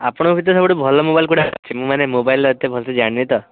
ଆପଣଙ୍କ ଭିତରେ ସବୁଠୁ ଭଲ ମୋବାଇଲ କେଉଁଟା ଅଛି ମୁଁ ମାନେ ମୋବାଇଲର ଏତେ ଭଲ ସେ ଜାଣିନି ତ